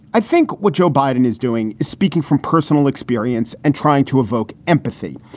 i think what joe biden is doing is speaking from personal experience and trying to evoke empathy.